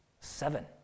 Seven